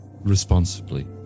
responsibly